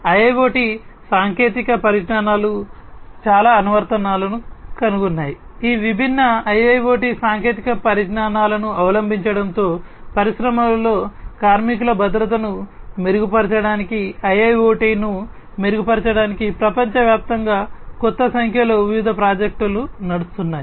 IIoT సాంకేతిక పరిజ్ఞానాలు చాలా అనువర్తనాలను కనుగొన్నాయి ఈ విభిన్న IIoT సాంకేతిక పరిజ్ఞానాలను అవలంబించడంతో పరిశ్రమలలో కార్మికుల భద్రతను మెరుగుపరచడానికి IIoT ను మెరుగుపరచడానికి ప్రపంచవ్యాప్తంగా కొత్త సంఖ్యలో వివిధ ప్రాజెక్టులు నడుస్తున్నాయి